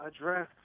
address